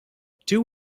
two